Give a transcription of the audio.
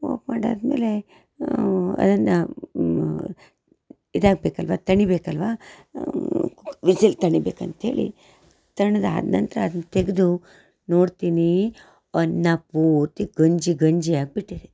of ಮಾಡಿ ಆದ ಮೇಲೆ ಅದನ್ನು ಇದಾಗಬೇಕಲ್ವ ತಣಿಬೇಕಲ್ಲವಾ ಕು ವಿಸಿಲ್ ತಣಿಬೇಕು ಅಂತೇಳಿ ತಣಿದ್ ಆದ ನಂತರ ಅದನ್ನು ತೆಗೆದು ನೋಡ್ತೀನಿ ಅನ್ನ ಪೂರ್ತಿ ಗಂಜಿ ಗಂಜಿ ಆಗಿಬಿಟ್ಟಿದೆ